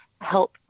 help